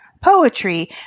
poetry